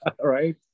Right